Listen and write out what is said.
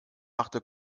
machte